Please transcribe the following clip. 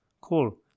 Cool